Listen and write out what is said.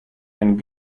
and